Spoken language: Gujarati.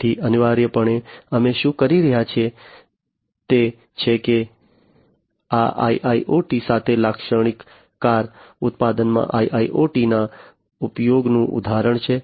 તેથી અનિવાર્યપણે અમે શું કરી રહ્યા છીએ તે છે કે આ IIoT સાથે લાક્ષણિક કાર ઉત્પાદનમાં IIoT ના ઉપયોગનું ઉદાહરણ છે